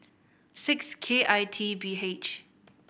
six K I T B H